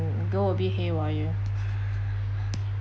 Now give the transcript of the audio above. go a bit haywire